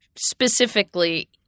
specifically